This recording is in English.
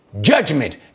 judgment